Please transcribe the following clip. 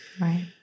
Right